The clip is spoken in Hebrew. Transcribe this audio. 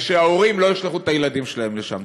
ושההורים לא ישלחו את הילדים שלהם לשם.